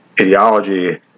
ideology